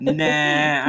nah